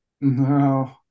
No